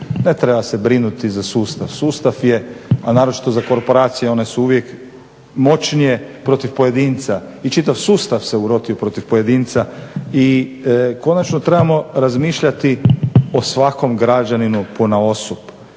Ne treba se brinuti za sustav. Sustav je, a naročito za korporacije, one su uvijek moćnije protiv pojedinca i čitav sustav se urotio protiv pojedinca i konačno trebamo razmišljati o svakom građaninu ponaosob.